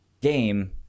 game